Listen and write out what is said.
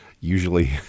usually